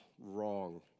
wrong